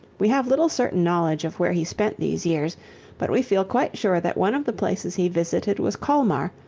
we have little certain knowledge of where he spent these years but we feel quite sure that one of the places he visited was colmar,